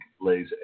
lays